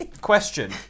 question